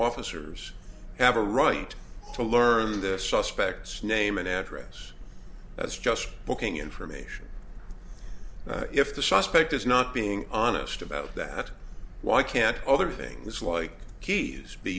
officers have a right to learn the suspects name and address as just booking information if the suspect is not being honest about that why can't other things like keys be